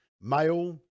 male